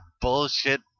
bullshit